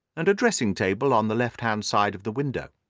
and a dressing-table on the left-hand side of the window.